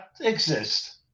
exist